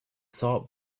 salt